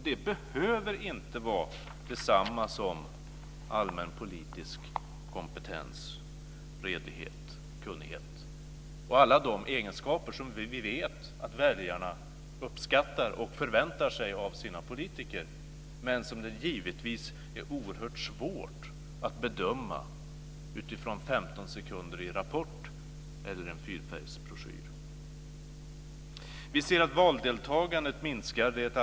Det behöver inte vara detsamma som allmänpolitisk kompetens, redighet, kunnighet och alla de andra egenskaper som vi vet att väljarna uppskattar och förväntar sig av sina politiker men som det givetvis är oerhört svårt att bedöma utifrån 15 sekunder i Rapport eller en fyrfärgsbroschyr. Vi ser att valdeltagandet minskar rent allmänt.